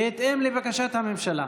בהתאם לבקשת הממשלה.